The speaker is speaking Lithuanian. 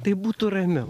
tai būtų ramiau